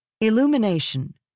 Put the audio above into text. illumination